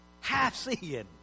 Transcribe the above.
half-seeing